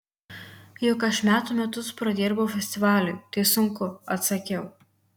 juk aš metų metus pradirbau festivaliui tai sunku atsakiau